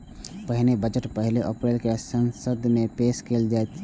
पहिने बजट पहिल अप्रैल कें संसद मे पेश कैल जाइत रहै